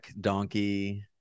donkey